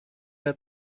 der